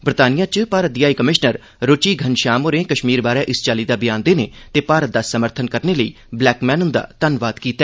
बरतानिया च भारत दी हाई कमिशनर रूचि घनश्याम होरें कश्मीर बारै इस चाल्ली दा बयान देने ते भारत दा समर्थन करने लेई ब्लैकमैन हुंदा धन्नवाद कीता